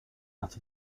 out